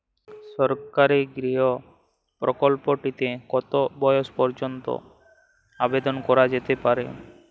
সরকারি গৃহ প্রকল্পটি তে কত বয়স পর্যন্ত আবেদন করা যেতে পারে?